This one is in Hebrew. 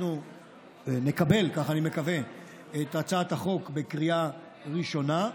אנחנו נקבל את הצעת החוק בקריאה ראשונה,